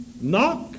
Knock